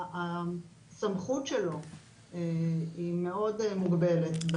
הסמכות שלו היא מאוד מוגבלת.